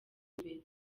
imbere